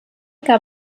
gab